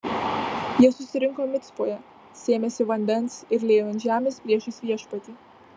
jie susirinko micpoje sėmėsi vandens ir liejo ant žemės priešais viešpatį